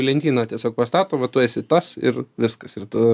į lentyną tiesiog pastato va tu esi tas ir viskas ir tu